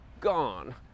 gone